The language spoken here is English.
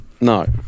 No